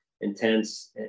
intense